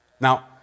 Now